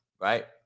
right